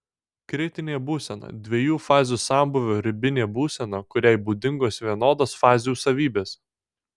kritinė būsena dviejų fazių sambūvio ribinė būsena kuriai būdingos vienodos fazių savybės